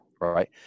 right